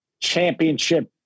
championship